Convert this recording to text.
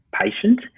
patient